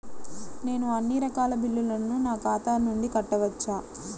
నేను అన్నీ రకాల బిల్లులను నా ఖాతా నుండి కట్టవచ్చా?